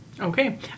Okay